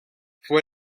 fue